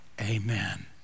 amen